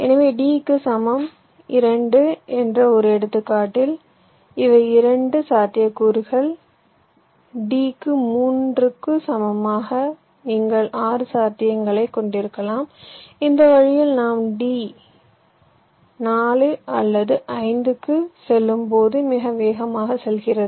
எனவே d க்கு சமம் 2 என்ற ஒரு எடுத்துக்காட்டில் இவை 2 சாத்தியக்கூறுகள் d க்கு 3 க்கு சமமாக நீங்கள் 6 சாத்தியங்களைக் கொண்டிருக்கலாம் இந்த வழியில் நாம் d 4 அல்லது 5 க்கு செல்லும்போது மிக வேகமாக செல்கிறது